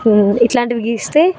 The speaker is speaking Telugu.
ఇట్లాంటివి గీస్తే